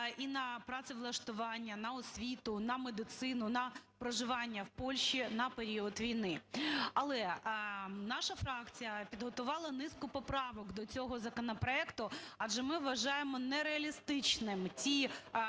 і на працевлаштування, на освіту, на медицину, на проживання в Польщі на період війни. Але наша фракція підготувала низку поправок до цього законопроекту, адже ми вважаємо нереалістичними ті